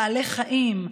בעלי החיים,